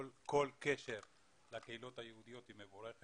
כל קשר לקהילות היהודיות הוא מבורך